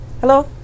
Hello